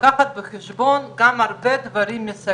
פה תושבי בני ברק והמנהיגים שלהם יצטרכו לקבל החלטה מאוד